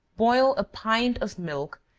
boil a pint of milk,